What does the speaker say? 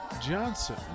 Johnson